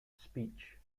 speech